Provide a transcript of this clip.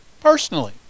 personally